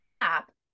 app